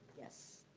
yes.